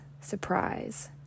surprise